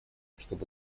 чтобы